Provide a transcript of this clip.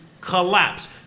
collapse